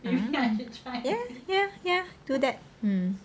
ya ya ya ya do that um